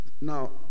Now